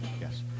yes